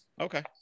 Okay